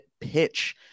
pitch